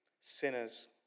sinners